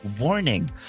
warning